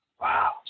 Wow